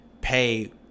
pay